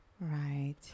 right